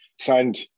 signed